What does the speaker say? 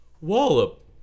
Wallop